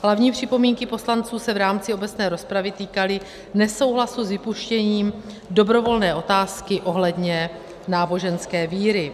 Hlavní připomínky poslanců se v rámci obecné rozpravy týkaly nesouhlasu s vypuštěním dobrovolné otázky ohledně náboženské víry.